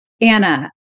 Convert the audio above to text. Anna